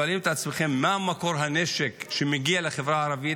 אתם שואלים את עצמכם: מה מקור הנשק שמגיע לחברה הערבית?